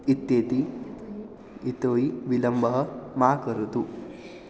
इत्यतः यतो हि विलम्बं मा करोतु